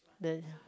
the